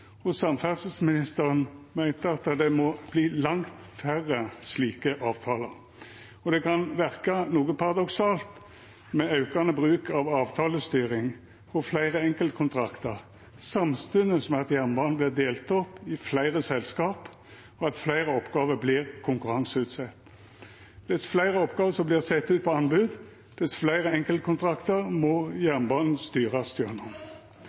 og samferdselsministeren meinte at det må verta langt færre slike avtalar. Og det kan verka noko paradoksalt med aukande bruk av avtalestyring og fleire enkeltkontraktar samstundes med at jernbanen vert delt opp i fleire selskap, og at fleire oppgåver vert konkurranseutsette. Dess fleire oppgåver som vert sette ut på anbod, dess fleire enkeltkontraktar må jernbanen styrast gjennom.